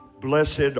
blessed